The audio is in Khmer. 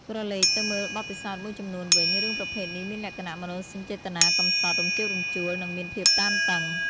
ក្រឡេកទៅមើលបទពិសោធមួយចំនួនវិញ រឿងប្រភេទនេះមានលក្ខណៈមនោសញ្ចេតនាកម្សត់ រំជើបរំជួល និងមានភាពតានតឹង។